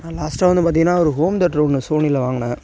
நான் லாஸ்ட்டா வந்து பார்த்தீங்கன்னா ஒரு ஹோம் தேட்டர் ஒன்று சோனியில் வாங்குனேன்